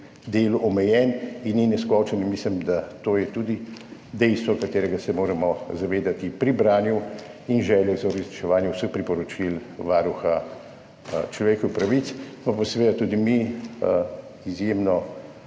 delu omejen in ni neskončen in mislim, da je to tudi dejstvo, ki se ga moramo zavedati pri branju in željah za uresničevanje vseh priporočil Varuha človekovih pravic. Smo pa seveda tudi mi izjemno